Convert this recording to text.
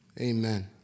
Amen